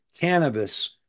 cannabis